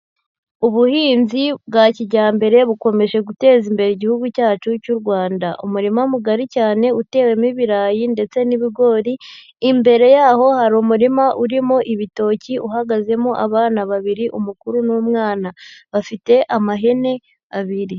Ubuhinzi bwa kijyambere bukomeje gutezambere Igihugu cyacu cy'u Rwanda. Umurima mugari cyane utewemo ibirayi ndetse n'ibigori, imbere yaho hari umurima urimo ibitoki, uhagazemo abana babiri umukuru n'umwana bafite amahene abiri.